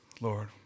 Lord